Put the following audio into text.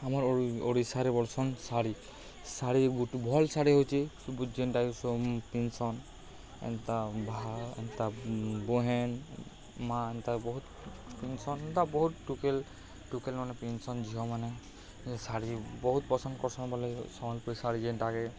ଆମର୍ ଓଡ଼ିଶାରେ ବର୍ଷନ୍ ଶାଢ଼ୀ ଶାଢ଼ୀ ଗୋଟେ ଭଲ୍ ଶାଢ଼ୀ ହେଉଛି ସୁବୁ ଯେନ୍ଟାକି ପିନ୍ଧସନ୍ ଏନ୍ତା ଭା ଏନ୍ତା ବୋହେନ ମାଆ ଏନ୍ତା ବହୁତ ପିନ୍ଧସନ୍ ବହୁତ ଟୁକେଲ ଟୁକେଲ ମାନେ ପିନ୍ଧସନ୍ ଝିଅମାନେ ଶାଢ଼ୀ ବହୁତ ପସନ୍ଦ କରସନ୍ ବଲେ ସମ୍ବଲପୁରୀ ଶାଢ଼ୀ ଯେନ୍ଟା କେ